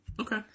Okay